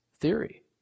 theory